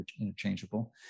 interchangeable